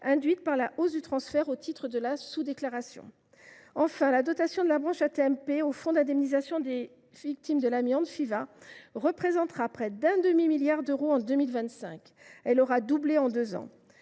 induite par la hausse du transfert au titre de la sous déclaration. Enfin, la dotation de la branche AT MP au fonds d’indemnisation des victimes de l’amiante (Fiva) représentera près d’un demi milliard d’euros en 2025 – elle aura doublé en deux ans.